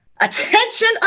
attention